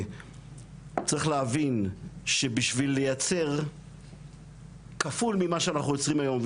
צריך להבין שבשביל לייצר כפול ממה שאנחנו יוצרים היום,